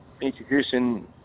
introducing